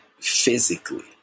physically